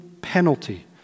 penalty